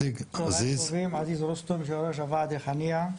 צהריים טובים אני יושב ראש ועד ריחאניה.